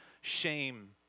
shame